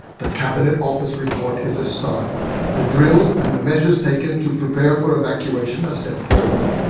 the cabinet office report is a start the drills and the measures taken to prepare for evacuation a step forward.